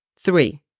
Three